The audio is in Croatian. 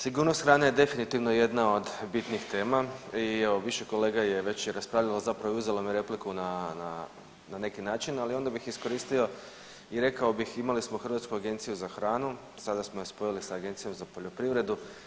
Sigurnost hrane je definitivno jedna od bitnijih tema i evo više kolega je već i raspravljalo zapravo i uzelo mi repliku na neki način, ali onda bih iskoristio i rekao bih imali smo Hrvatsku agenciju za hranu, sada smo ju spojili sa Agencijom za poljoprivredu.